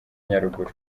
nyaruguru